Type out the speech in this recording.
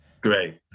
Great